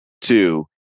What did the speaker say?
Two